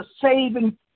saving